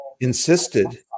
insisted